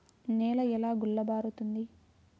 నేల ఎలా గుల్లబారుతుంది?